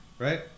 right